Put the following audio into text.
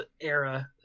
era